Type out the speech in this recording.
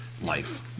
life